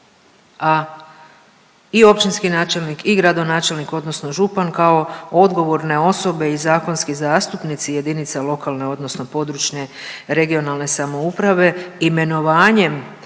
a i općinski načelnik i gradonačelnik odnosno župan kao odgovorne osobe i zakonski zastupnici jedinica lokalne odnosno područne regionalne samouprave imenovanjem